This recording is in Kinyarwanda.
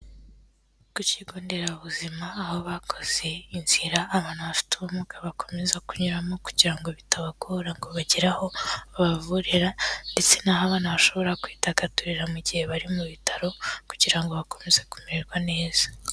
Ku kigo nderabuzima aho bakoze inzira abantu bafite ubumuga bakomeza kunyuramo kugira ngo bitabagora ngo bagere aho babavurira ndetse naho abana bashobora kwidagadurira mu gihe bari mu bitaro kugira ngo bakomeze kumererwa neza.